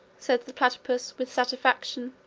said the platypus, with satisfaction.